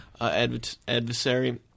Adversary